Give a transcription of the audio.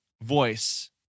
Voice